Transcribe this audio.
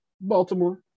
Baltimore